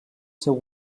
seu